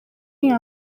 iyi